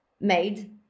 made